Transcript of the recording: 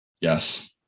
Yes